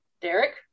Derek